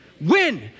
Win